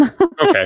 Okay